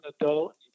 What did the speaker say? adult